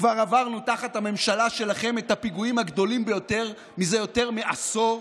כבר עברנו תחת הממשלה שלכם את הפיגועים הגדולים ביותר מזה יותר מעשור.